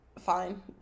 fine